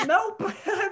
Nope